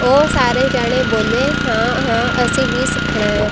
ਉਹ ਸਾਰੇ ਜਣੇ ਬੋਲੇ ਹਾਂ ਹਾਂ ਅਸੀਂ ਵੀ ਸਿੱਖਣਾ ਹੈ